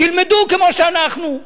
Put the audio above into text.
תלמדו כמו שאנחנו.